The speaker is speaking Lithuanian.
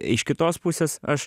iš kitos pusės aš